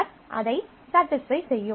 r அதை satisfy செய்யும்